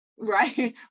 Right